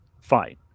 fine